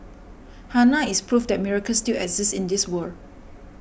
Hannah is proof that miracles still exist in this world